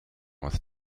with